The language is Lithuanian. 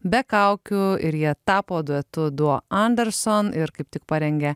be kaukių ir jie tapo duetu duo anderson ir kaip tik parengę